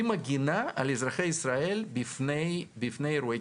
היא מגינה על אזרחי ישראל בפני אירועי